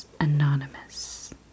Anonymous